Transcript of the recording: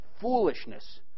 Foolishness